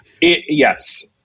yes